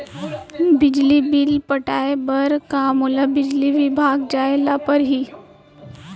बिजली बिल पटाय बर का मोला बिजली विभाग जाय ल परही?